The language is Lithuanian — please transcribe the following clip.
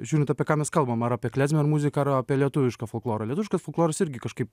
žiūrint apie ką mes kalbam ar apie klezmer ar muziką apie lietuvišką folklorą lietuviškas folkloras irgi kažkaip